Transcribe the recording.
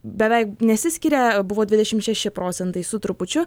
beveik nesiskiria buvo dvidešimt šeši procentai su trupučiu